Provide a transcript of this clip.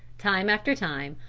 time after time,